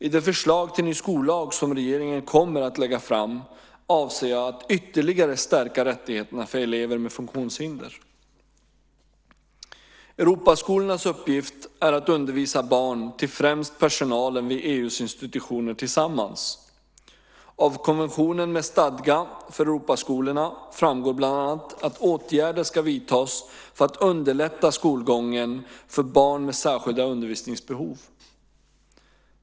I det förslag till ny skollag som regeringen kommer att lägga fram avser jag att ytterligare stärka rättigheterna för elever med funktionshinder. Europaskolornas uppgift är att undervisa barn till främst personalen vid EU:s institutioner tillsammans. Av konventionen med stadga för Europaskolorna framgår bland annat att åtgärder ska vidtas för att underlätta skolgången för barn med särskilda undervisningsbehov.